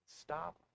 Stop